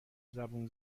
زبون